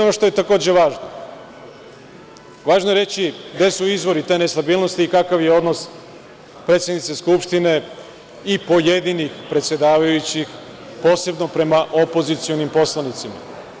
Ono što je takođe važno, važno je reći gde su izvori te nestabilnosti i kakav je odnos predsednice Skupštine i pojedinih predsedavajućih, posebno prema opozicionim poslanicima.